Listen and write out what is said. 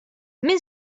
min